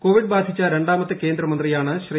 Covid ബാധിച്ച രണ്ടാമത്തെ കേന്ദ്രമന്ത്രിയാണ് ശ്രീ